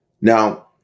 Now